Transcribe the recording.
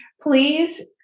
please